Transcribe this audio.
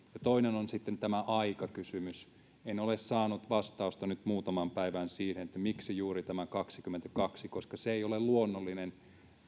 toinen on sitten tämä aikakysymys en ole saanut vastausta nyt muutamaan päivään siihen miksi juuri tämä kaksikymmentäkaksi koska se ei ole luonnollinen